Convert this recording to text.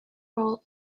role